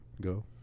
Go